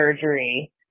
surgery